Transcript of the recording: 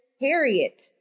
Harriet